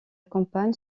campagne